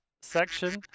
section